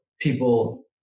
people